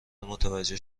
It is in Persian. متوجه